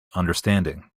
understanding